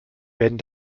werden